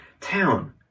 town